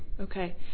Okay